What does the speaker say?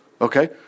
Okay